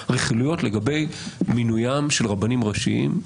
רכילויות לגבי מינוים של רבנים ראשיים,